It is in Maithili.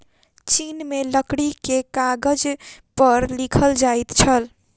चीन में लकड़ी के कागज पर लिखल जाइत छल